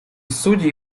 судей